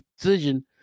decision